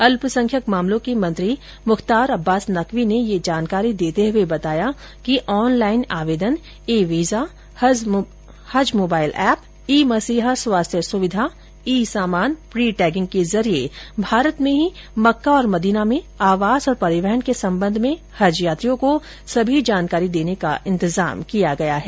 अल्पसंख्यक मामलों के मंत्री मुख्तार अब्बास नकवी ने ये जानकारी देते हुए बताया कि ऑनलाइन आवेदन ई वीजा हज मोबाइल ऐप ई मसीहा स्वास्थ्य सुविधा ई सामान प्री टैगिंग के जरिए भारत में ही मक्का और मदीना में आवास और परिवहन के संबंध में हज यात्रियों को सभी जानकारी देने का इंतजाम किया गया है